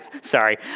Sorry